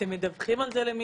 אתם מדווחים על זה למישהו,